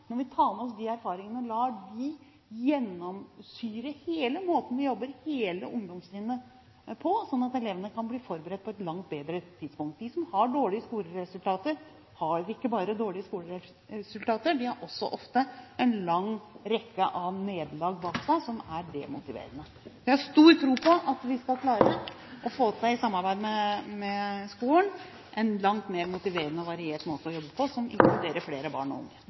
når vi tar med oss de erfaringene og lar dem gjennomsyre hele måten vi jobber i hele ungdomstrinnet på, sånn at elevene kan bli forberedt på et langt tidligere tidspunkt. De som har dårlige skoleresultater, har ikke bare dårlige skoleresultater, de har også ofte en lang rekke av nederlag bak seg som er demotiverende. Jeg har stor tro på at vi skal klare å få til – i samarbeid med skolen – en langt mer motiverende og variert måte å jobbe på som inkluderer flere barn og unge.